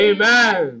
Amen